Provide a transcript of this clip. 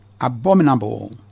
abominable